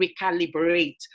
recalibrate